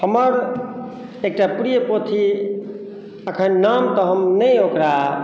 हमर एकटा प्रिय पोथी अखन नाम तऽ हम नहि ओकरा